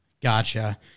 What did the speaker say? Gotcha